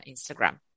instagram